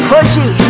Pushy